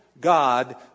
God